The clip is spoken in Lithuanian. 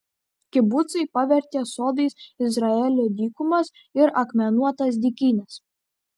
kibucai pavertė sodais izraelio dykumas ir akmenuotas dykynes